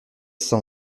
cent